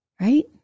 Right